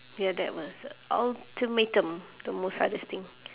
ya that was ultimatum the most hardest thing